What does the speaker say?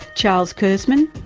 charles kurzman,